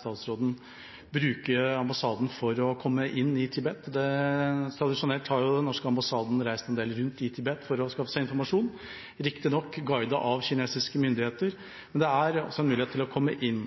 statsråden vil bruke ambassaden for å komme inn i Tibet. Tradisjonelt har jo den norske ambassaden reist en del rundt i Tibet for å skaffe seg informasjon, riktignok guidet av kinesiske myndigheter, men det er altså en mulighet til å komme inn.